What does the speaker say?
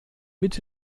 mit